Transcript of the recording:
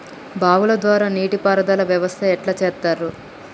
బావుల ద్వారా నీటి పారుదల వ్యవస్థ ఎట్లా చేత్తరు?